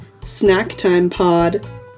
SnackTimePod